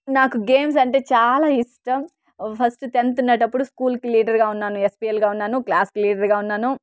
నాకు గేమ్స్ అంటే చాలా ఇష్టం ఫస్ట్ టెన్త్ ఉండేటప్పుడు స్కూల్కి లీడర్గా ఉన్నాను ఎస్పిఎల్గా ఉన్నాను క్లాస్కి లీడర్గా ఉన్నాను